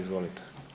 Izvolite.